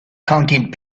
counting